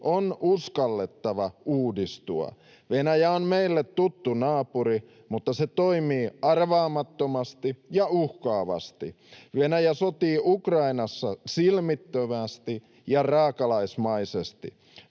on uskallettava uudistua. Venäjä on meille tuttu naapuri, mutta se toimii arvaamattomasti ja uhkaavasti. Venäjä sotii Ukrainassa silmittömästi ja raakalaismaisesti.